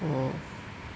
oh